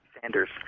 Sanders